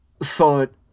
thought